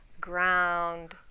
ground